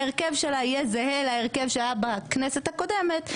ההרכב שלה יהיה זהה להרכב שהיה בכנסת הקודמת,